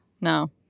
No